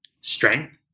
strength